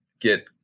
get